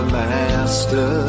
master